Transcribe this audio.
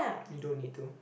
you don't need to